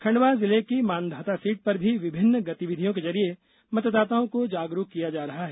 खंडवा जिले की मांधाता सीट पर भी विभिन्न गतिविधियों के जरिए मतदाताओं को जागरूक किया जा रहा है